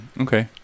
Okay